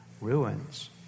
ruins